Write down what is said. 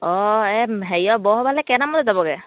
অঁ এই হেৰিয়ত বৰ সভালৈ কেইটামান বজাত যাবগৈ